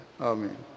Amen